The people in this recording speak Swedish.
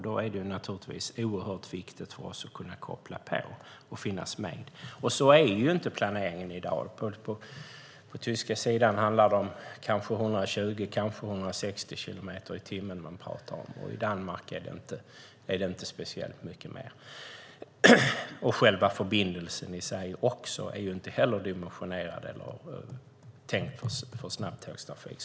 Där är det viktigt att vi kan koppla på och finnas med. Sådan är dock inte planeringen i dag. På den tyska sidan handlar det om hastigheter på kanske 120 eller 160 kilometer i timmen, och i Danmark är det inte speciellt mycket mer. Själva förbindelsen i sig är inte heller dimensionerad för snabbtågstrafik.